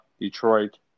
Detroit